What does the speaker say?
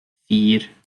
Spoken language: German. vier